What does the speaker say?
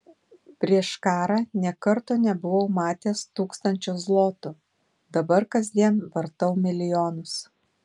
prieš karą nė karto nebuvau matęs tūkstančio zlotų dabar kasdien vartau milijonus